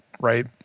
right